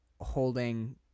holding